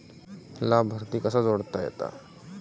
लाभार्थी कसा जोडता येता?